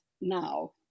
now